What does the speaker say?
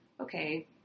okay